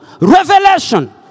revelation